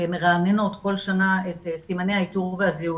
מרעננות כל שנה את סימני האיתור והזיהוי,